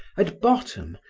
at bottom,